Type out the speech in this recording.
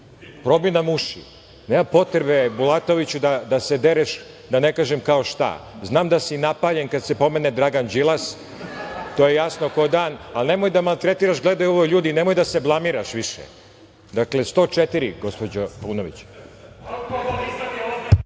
probi nam uši... Nema potrebe, Bulatoviću, da se dereš da ne kažem kao šta. Znam da si napaljen kada se pomene Dragan Đilas. To je jasno kao dan, ali nemoj da maltretiraš, gledaju ovo ljudi, nemoj da se blamiraš više. Dakle, član 104, gospođo Paunović.